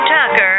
Tucker